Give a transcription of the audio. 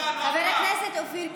שלך אומר: נשחרר את הפורעים,